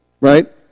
right